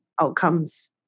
outcomes